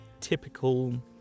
typical